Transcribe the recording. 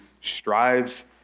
strives